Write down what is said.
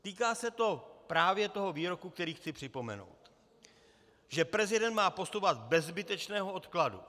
Týká se to právě výroku, který chci připomenout, že prezident má postupovat bez zbytečného odkladu.